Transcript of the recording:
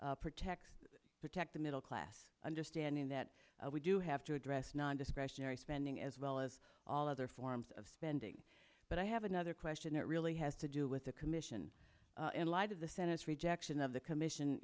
to protect protect the middle class understanding that we do have to address non discretionary spending as well as all other forms of spending but i have another question that really has to do with the commission in light of the senate's rejection of the commission